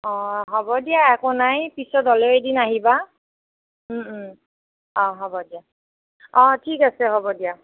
অঁ হ'ব দিয়া একো নাই পিছত হ'লেও এদিন আহিবা অঁ হ'ব দিয়া অঁ ঠিক আছে হ'ব দিয়া